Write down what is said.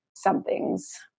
something's